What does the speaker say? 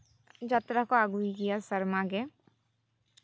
ᱡᱟᱛᱨᱟ ᱠᱚ ᱟᱹᱜᱩᱭ ᱜᱮᱭᱟ ᱥᱮᱨᱢᱟᱨᱮ